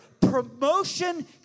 promotion